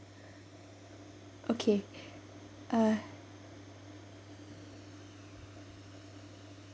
okay uh